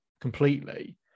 completely